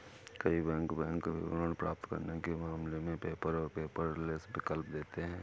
कई bank bank विवरण प्राप्त करने के मामले में पेपर और पेपरलेस विकल्प देते हैं